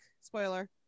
Spoiler